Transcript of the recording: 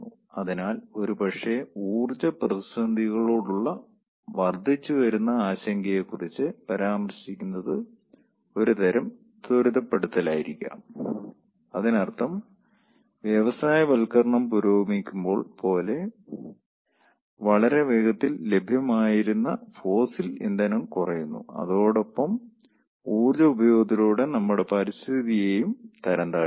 അതിനാൽ ഒരുപക്ഷേ ഊർജ്ജ പ്രതിസന്ധികളോടുള്ള വർദ്ധിച്ചുവരുന്ന ആശങ്കയെക്കുറിച്ച് പരാമർശിക്കുന്നത് ഒരുതരം ത്വരിതപ്പെടുത്തലായിരിക്കാം അതിനർത്ഥം വ്യവസായവൽക്കരണം പുരോഗമിക്കുമ്പോൾ പോലെ വളരെ വേഗത്തിൽ ലഭ്യമായിരുന്ന ഫോസിൽ ഇന്ധനം കുറയുന്നു അതോടൊപ്പം ഊർജ്ജ ഉപയോഗത്തിലൂടെ നമ്മുടെ പരിസ്ഥിതിയെയും തരം താഴ്ത്തുന്നു